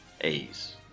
A's